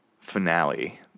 finale